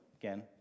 again